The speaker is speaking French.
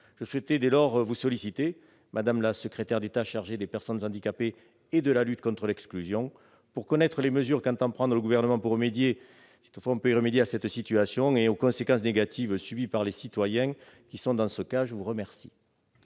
Je souhaite dès lors vous solliciter, madame la secrétaire d'État chargée des personnes handicapées et de la lutte contre l'exclusion, pour connaître les mesures qu'entend prendre le Gouvernement pour remédier à cette situation et aux conséquences négatives subies par les citoyens concernés. La parole